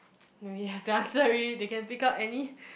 no you have to answer it they can pick up any